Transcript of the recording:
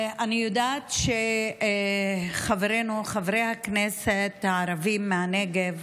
אני יודעת שחברינו חברי הכנסת הערבים מהנגב,